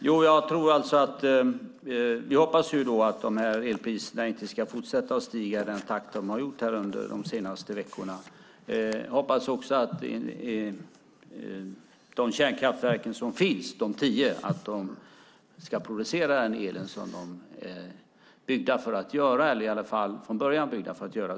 Fru talman! Vi hoppas att elpriserna inte kommer att fortsätta att stiga i den takt de har gjort under de senaste veckorna. Jag hoppas också att de tio kärnkraftverk som finns ska producera den el som de är byggda för att göra, eller i varje fall från början byggda för att göra.